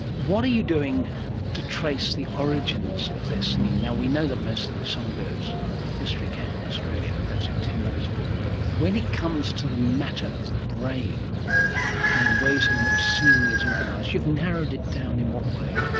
what are you doing to trace the origins of their singing? now, we know that most of the songbirds in history came from australia, that's in tim low's book, but when it comes to the matter of the brain and the ways in which singing is organised, you've narrowed it down in what way?